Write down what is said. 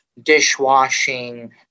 dishwashing